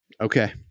Okay